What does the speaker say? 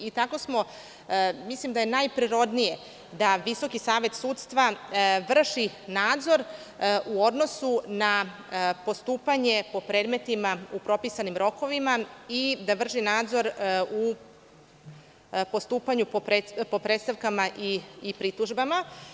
Mislim da je najprirodnije da Visoki savet sudstva vrši nadzor u odnosu na postupanje po predmetima u propisanim rokovima i da vrši nadzor u postupanju po predstavkama i pritužbama.